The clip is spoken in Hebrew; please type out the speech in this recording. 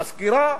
מזכירה,